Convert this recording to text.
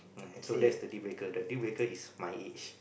um so that's the deal breaker the deal breaker is my age